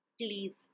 please